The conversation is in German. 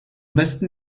besten